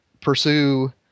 pursue